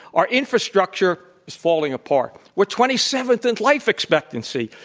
our infrastructure is falling apart. we're twenty seventh in life expectancy.